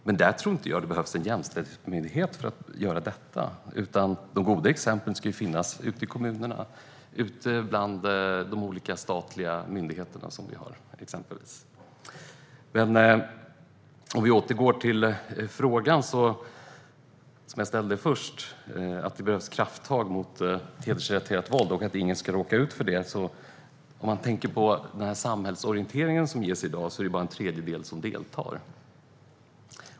Jag tror inte att det behövs en jämställdhetsmyndighet för att göra det. De goda exemplen ska finnas ute i kommunerna och bland de olika statliga myndigheter som vi har. Vi återgår till frågan som jag först ställde om att det behövs krafttag mot hedersrelaterat våld och att ingen ska råka ut för det. Om man ser på den samhällsorientering som ges i dag är det bara en tredjedel som deltar.